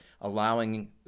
allowing